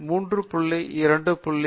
2